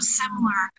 similar